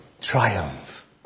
Triumph